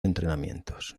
entrenamientos